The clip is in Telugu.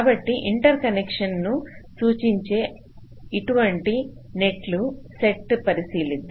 కాబట్టి ఇంటర్కనెక్షన్లను సూచించే అటువంటి నెట్ల సెట్ పరిశీలిద్దాం